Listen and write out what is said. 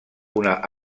una